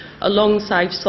alongside